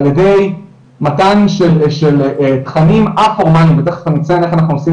על ידי מתן של תכנים א-פורמאליים ותכף אני אציין איך אנחנו עושים